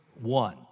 one